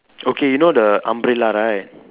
okay you know the umbrella right